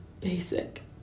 Basic